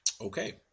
Okay